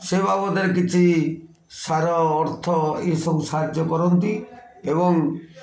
ସେବାବଦରେ କିଛି ସାର ଅର୍ଥ ଏସବୁ ସାହାଯ୍ୟ କରନ୍ତି ଏବଂ